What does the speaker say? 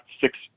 six